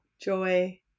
joy